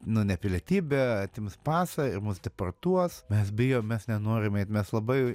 nu ne pilietybę atims pasą ir mus deportuos mes bijom mes nenorim eit mes labai